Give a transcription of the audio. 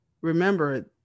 remember